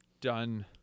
done